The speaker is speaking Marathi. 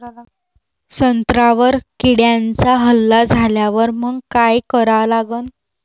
संत्र्यावर किड्यांचा हल्ला झाल्यावर मंग काय करा लागन?